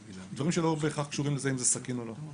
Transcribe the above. דברים שלא בהכרח קשורים לזה אם זה סכין או לא.